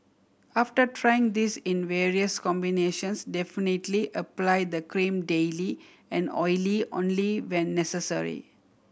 after trying this in various combinations definitely apply the cream daily and oily only when necessary